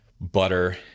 butter